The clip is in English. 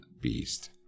beast